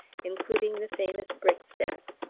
including the famous brick-stacks,